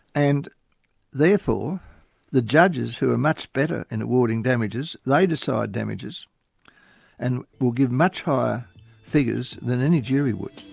and therefore the judges, who are much better in awarding damages, they decide damages and will give much higher figures than any jury would.